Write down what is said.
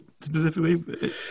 specifically